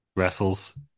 Wrestles